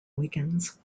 weekends